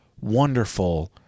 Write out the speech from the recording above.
wonderful